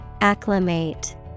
Acclimate